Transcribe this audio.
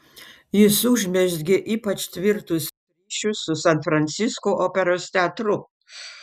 jis užmezgė ypač tvirtus ryšius su san francisko operos teatru